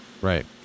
Right